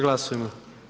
Glasujmo.